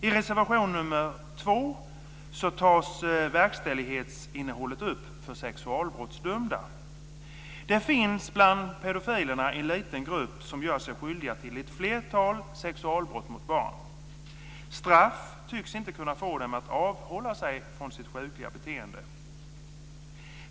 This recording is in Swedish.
I reservation 2 tas verkställighetsinnehållet för sexualbrottsdömda upp. Det finns bland pedofilerna en liten grupp som gör sig skyldiga till ett flertal sexualbrott mot barn. Straff tycks inte kunna få dem att avhålla sig från sitt sjukliga beteende.